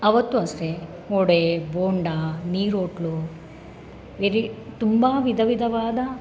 ಅವತ್ತು ಅಷ್ಟೇ ವಡೆ ಬೋಂಡಾ ನಿರೋಟ್ಲು ವಿಧಿ ತುಂಬ ವಿಧ ವಿಧವಾದ